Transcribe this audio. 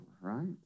Right